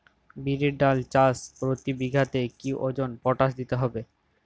বিরির ডাল চাষ প্রতি বিঘাতে কি ওজনে পটাশ দিতে হবে?